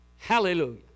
Hallelujah